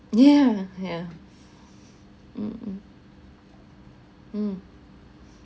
yeah yeah mm uh mm